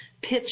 pitch